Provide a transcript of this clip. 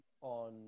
on